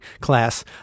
class